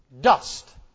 dust